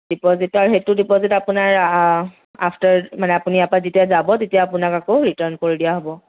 depositor সেইটো ডিপ'জিত আপোনাৰ আফটাৰ মানে আপুনি ইয়াৰপৰা যেতিয়া যাব তেতিয়া আপোনাক আকৌ ৰিটাৰ্ণ কৰি দিয়া হ'ব